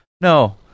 no